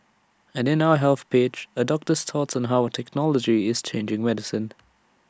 and in our health page A doctor's thoughts on how technology is changing medicine